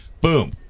Boom